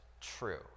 true